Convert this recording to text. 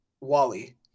wally